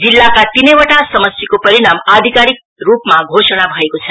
जिल्लाका तीनैवटा समष्टिको परिणाम आधिकारिक रूपमा धोषणा भएको छ